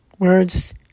Words